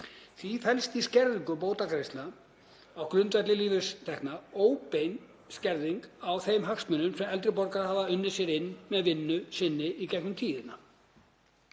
Því felst í skerðingu bótagreiðslna á grundvelli lífeyristekna óbein skerðing á þeim hagsmunum sem eldri borgarar hafa unnið sér inn með vinnu sinni í gegnum tíðina.